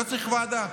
לא צריך ועדה.